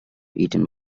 eaten